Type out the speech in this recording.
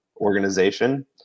organization